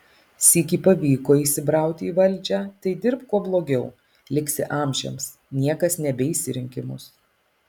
sykį pavyko įsibrauti į valdžią tai dirbk kuo blogiau liksi amžiams niekas nebeis į rinkimus